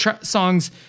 songs